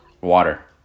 Water